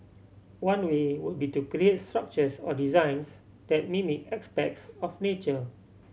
one way would be to create structures or designs that mimic aspects of nature